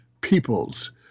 peoples